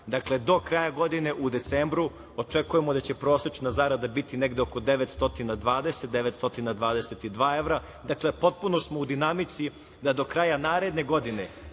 Dakle do kraja godine, u decembru očekujemo da će prosečna zarada biti negde oko 920 evra, 922 evra. Dakle, potpuno smo u dinamici da do kraja naredne godine,